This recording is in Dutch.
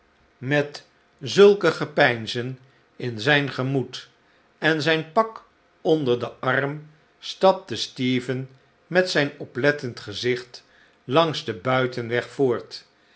met zulke gepeinzen in zijn gemoed en zijn pak onder den arm stapte stephen met zijn oplettend gezicht langs den buitenweg voort